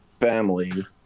family